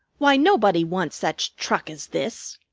why, nobody wants such truck as this.